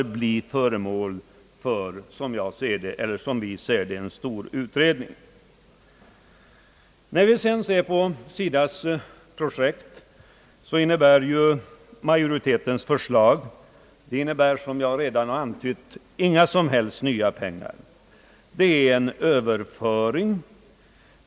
Allt detta bör — som vi ser det — bli föremål för en stor utredning. Vad beträffar SIDA:s projekt innebär ju majoritetens förslag — som jag redan antytt — inga som helst nya pengar. Det är här fråga om en överföring av medel.